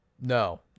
no